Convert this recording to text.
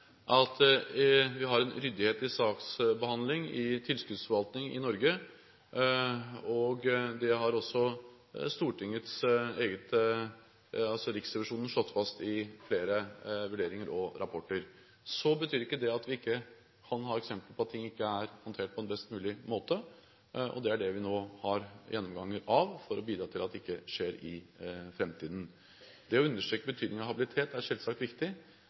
at hovedbildet er at vi har ryddighet i saksbehandlingen når det gjelder tilskuddsforvaltning i Norge, og det har også Riksrevisjonen slått fast i flere vurderinger og rapporter. Så betyr ikke det at vi ikke kan ha eksempler på at ting ikke er håndtert på en best mulig måte, og det er det vi nå har gjennomganger av for å bidra til at det ikke skjer i framtiden. Det å understreke betydningen av habilitet er selvsagt viktig.